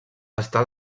està